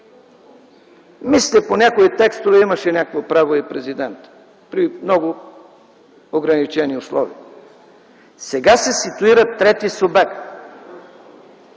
Мисля, че по някои текстове имаше някакво право и президентът при много ограничени условия. Сега се ситуира трети субект.